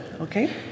okay